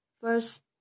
first